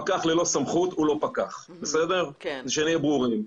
פקח ללא סמכות הוא לא פקח, שנהיה ברורים.